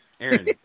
Aaron